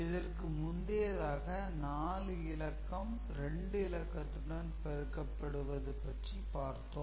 இதற்கு முந்தையதாக 4 இலக்கம் 2 இலக்கத்துடன் பெருக்கபடுவது பற்றிப் பார்த்தோம்